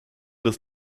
des